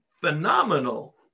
phenomenal